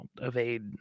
evade